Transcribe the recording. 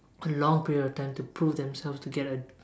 a long period of time to prove themselves to get a